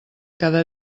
cada